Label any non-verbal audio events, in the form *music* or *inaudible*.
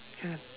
*noise*